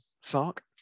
Sark